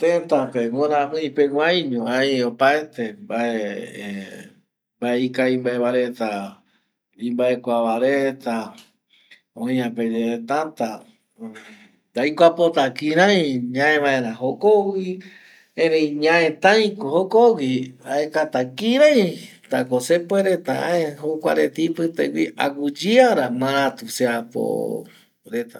Tëta pe guïamii peguaiño ai opaete mbae, mbae ikavi mbae va reta, imbaekua va reta oiape yae tata yaikua pota kirai ñae vaera jokogui erei ñaetai ko jokogui, aekata kiraita ko sepuereta ae jokua reta ipite gui aguiyeara ma maratu seapo reta